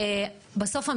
בסוף,